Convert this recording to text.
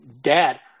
dad